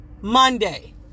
Monday